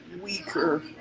weaker